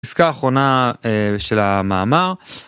עסקה אחרונה של המאמר